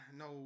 no